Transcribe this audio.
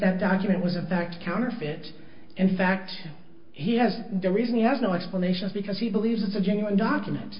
that document was in fact counterfeit and in fact he has the reason he has no explanations because he believes it's a genuine document